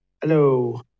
Hello